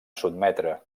sotmetre